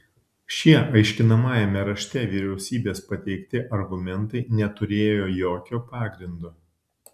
šie aiškinamajame rašte vyriausybės pateikti argumentai neturėjo jokio pagrindo